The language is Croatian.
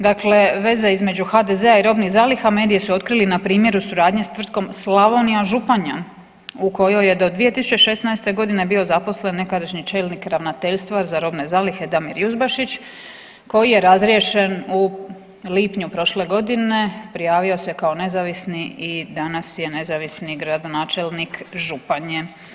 Dakle, veza između HDZ-a i robnih zaliha mediji su otkrili na primjeru suradnje s tvrtkom Slavonija Županja u kojoj je do 2016.g. bio zaposlen nekadašnji čelnik Ravnateljstva za robne zalihe Damir Juzbašić koji je razriješen u lipnju prošle godine, prijavio se kao nezavisni i danas je nezavisni gradonačelnik Županje.